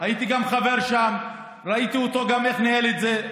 הייתי גם חבר שם, וגם ראיתי איך הוא ניהל את זה.